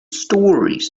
stories